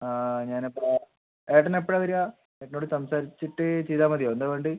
ആ ഞാൻ അപ്പോൾ ഏട്ടൻ എപ്പോഴാണ് വരിക ഏട്ടനോട് സംസാരിച്ചിട്ട് ചെയ്താൽ മതിയോ എന്താ വേണ്ടത്